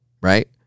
right